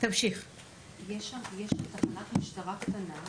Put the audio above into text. יש שם תחנת משטרה קטנה.